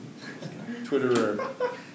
twitterer